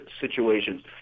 situations